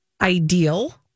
ideal